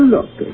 Look